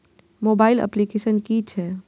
Mobile application कि छै?